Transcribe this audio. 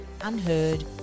unheard